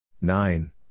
Nine